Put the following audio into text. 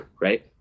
right